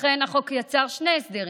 לכן החוק יצר שני הסדרים: